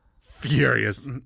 furious